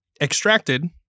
extracted